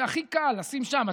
זה הכי קל לשים שם.